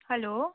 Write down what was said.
hello